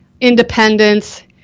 independence –